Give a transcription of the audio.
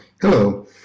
Hello